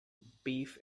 beef